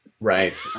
Right